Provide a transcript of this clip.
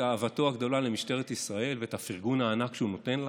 את אהבתו הגדולה למשטרת ישראל ואת הפרגון הענק שהוא נותן לה.